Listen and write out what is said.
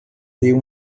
deu